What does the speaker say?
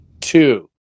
two